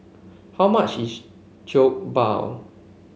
how much is Jokbal